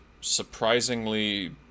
surprisingly